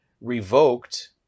revoked